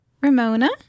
Ramona